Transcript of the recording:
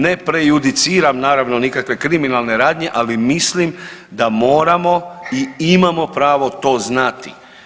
Ne prejudiciram naravno nikakve kriminalne radnje, ali mislim da moramo i imamo pravo to znati.